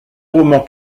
roman